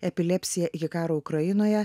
epilepsija iki karo ukrainoje